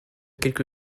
quelque